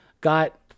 got